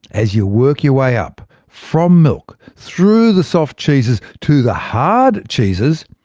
as you work your way up from milk, through the soft cheeses to the hard cheeses,